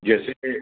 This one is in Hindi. जैसे